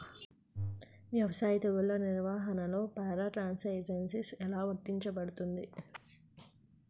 వ్యవసాయ తెగుళ్ల నిర్వహణలో పారాట్రాన్స్జెనిసిస్ఎ లా వర్తించబడుతుంది?